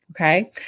Okay